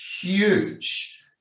huge